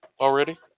already